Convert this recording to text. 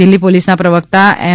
દિલ્લી પોલીસના પ્રવક્તા એમ